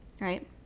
right